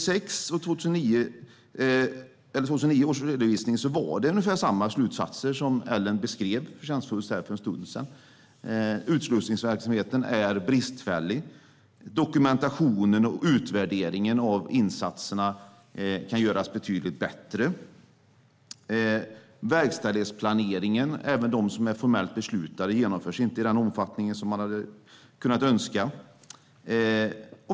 I 2009 års redovisning var det ungefär samma slutsatser som Ellen Juntti förtjänstfullt beskrev här för en stund sedan. Utslussningsverksamheten är bristfällig. Dokumentationen och utvärderingen av insatserna kan göras betydligt bättre. Även den verkställighetsplanering som är formellt beslutad genomförs inte i den omfattning som man hade kunnat önska.